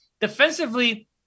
Defensively